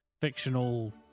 fictional